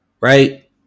right